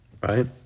Right